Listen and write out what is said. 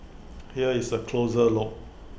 here is A closer look